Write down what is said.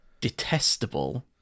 detestable